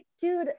dude